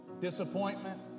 disappointment